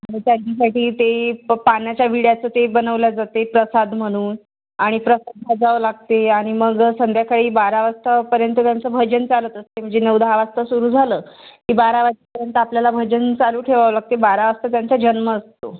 आणि त्यांच्यासाठी ते प पान्याच्या विड्याचं ते बनवल्या जाते प्रसाद म्हणून आणि प्रसाद भाजावं लागते आणि मग संध्याकाळी बारा वाजतापर्यंत त्यांचं भजन चालत असते म्हणजे नऊ दहा वाजता सुरू झालं की बारा वाजेपर्यंत आपल्याला भजन चालू ठेवावं लागते बारा वाजता त्यांचा जन्म असतो